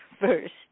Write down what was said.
first